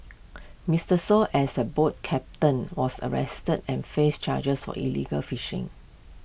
Mister Shoo as A boat captain was arrested and faced charges were illegal fishing